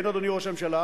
כן, אדוני ראש הממשלה,